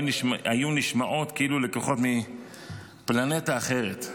נשמעו כאילו הן לקוחות מפלנטה אחרת.